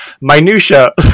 minutia